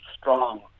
strong